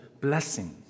blessing